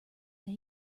that